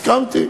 הסכמתי.